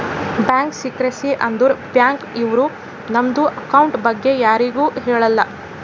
bank secrecy ಅಂದುರ್ bank ನವ್ರು ನಮ್ದು ಅಕೌಂಟ್ ಬಗ್ಗೆ ಯಾರಿಗು ಹೇಳಲ್ಲ